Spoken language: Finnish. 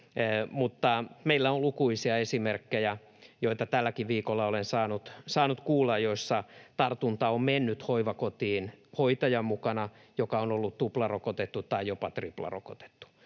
Mutta meillä on lukuisia esimerkkejä, joita tälläkin viikolla olen saanut kuulla, joissa tartunta on mennyt hoivakotiin hoitajan mukana, joka on ollut tuplarokotettu tai jopa triplarokotettu,